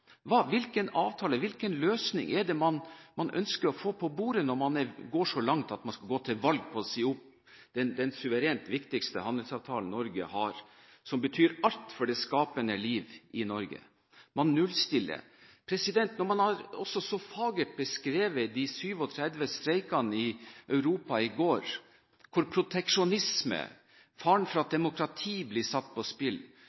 Hvilken avtale, hvilken løsning, er det man ønsker å få på bordet – når man går så langt som å si at man skal gå til valg på å si opp den suverent viktigste handelsavtalen Norge har, som betyr alt for det skapende liv i Norge? Man nullstiller. Når man også så fagert har beskrevet de 23 streikene i Europa i går – proteksjonisme, faren for at demokrati blir satt på spill,